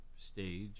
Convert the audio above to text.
stage